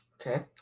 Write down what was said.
Okay